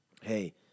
hey